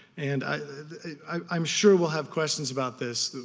and i'm sure we'll have questions about this.